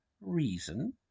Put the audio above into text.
reason